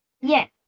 Yes